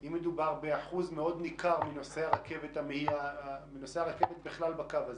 אם מדובר באחוז מאוד ניכר מנוסעי הרכבת בכלל בקו הזה,